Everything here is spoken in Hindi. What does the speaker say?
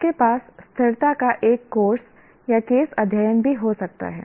आपके पास स्थिरता का एक कोर्स या केस अध्ययन भी हो सकता है